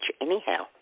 anyhow